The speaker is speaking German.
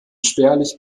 spärlich